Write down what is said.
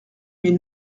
mais